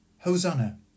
hosanna